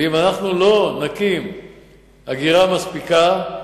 ואם אנחנו לא נקים אגירה מספיקה,